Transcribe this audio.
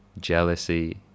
jealousy